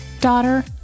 daughter